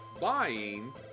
buying